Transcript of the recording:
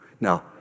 Now